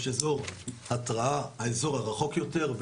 יש אזור התראה שהוא האזור הרחוק יותר,